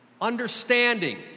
Understanding